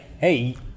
Hey